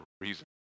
reason